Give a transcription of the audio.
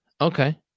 Okay